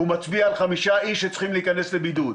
הוא מצביע על 5 אנשים שצריכים להיכנס לבידוד.